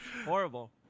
horrible